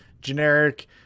generic